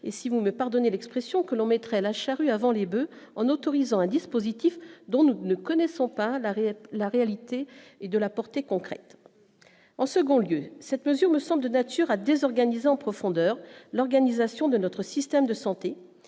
et si vous me pardonnez l'expression que l'on mettrait la charrue avant les boeufs en autorisant un dispositif dont nous ne connaissons pas la réalité et de la portée concrète en second lieu, cette mesure me semble nature à désorganisé en profondeur l'organisation de notre système de santé